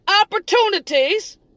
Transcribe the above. opportunities